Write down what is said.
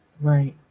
Right